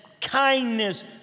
kindness